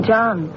John